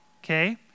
Okay